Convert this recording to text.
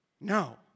No